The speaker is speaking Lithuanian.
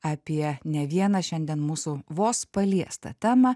apie ne vieną šiandien mūsų vos paliestą temą